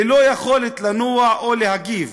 ללא יכולת לנוע או להגיב,